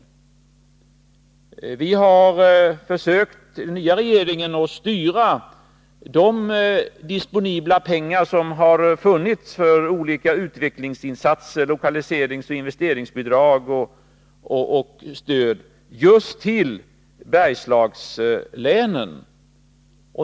Den nya regeringen har försökt att styra de disponibla pengar som har funnits för olika utvecklingsinsatser, lokaliseringsoch investeringsbidrag och olika former av stöd, just till Bergslagslänen.